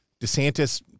DeSantis